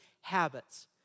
habits